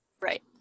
Right